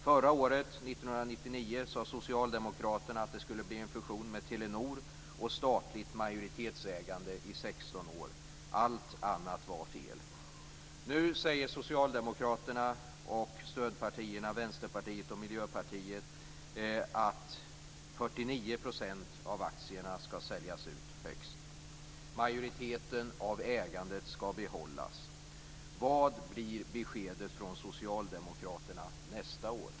Förra året, år 1999, sade socialdemokraterna att det skulle bli en fusion med Telenor och statligt majoritetsägande i 16 år. Allt annat var fel. Nu säger socialdemokraterna och stödpartierna Vänsterpartiet och Miljöpartiet att högst 49 % av aktierna ska säljas ut. Majoriteten av ägandet ska behållas. Vad blir beskedet från socialdemokraterna nästa år?